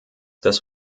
das